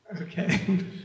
Okay